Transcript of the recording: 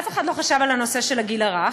אף אחד לא חשב על הנושא של הגיל הרך,